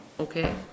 Okay